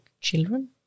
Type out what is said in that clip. children